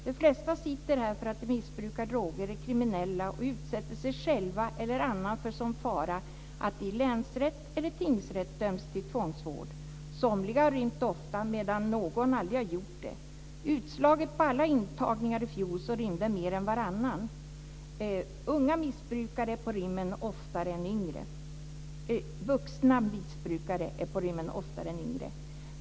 De flesta sitter där för att de missbrukar droger, är kriminella och utsätter sig själva eller andra för sådan fara att de i länsrätt eller tingsrätt dömts till tvångsvård. Somliga har rymt ofta medan någon aldrig har gjort det. Utslaget på alla intagningar i fjol så rymde mer än varannan. Vuxna missbrukare är på rymmen oftare än yngre.